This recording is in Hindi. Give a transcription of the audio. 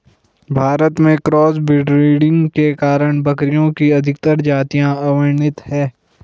भारत में क्रॉस ब्रीडिंग के कारण बकरियों की अधिकतर जातियां अवर्णित है